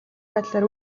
байдлаар